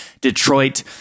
Detroit